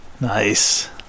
Nice